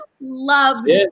loved